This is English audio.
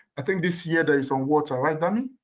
i think this year is on water, right domi?